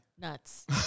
nuts